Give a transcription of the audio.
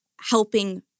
helping